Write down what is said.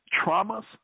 traumas